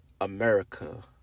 America